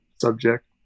subject